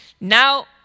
Now